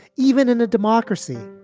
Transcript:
even in a democracy.